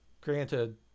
Granted